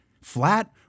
Flat